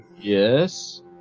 Yes